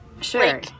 sure